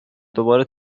دوباره